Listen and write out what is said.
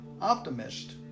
optimist